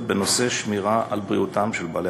בנושא שמירה על בריאותם של בעלי-החיים.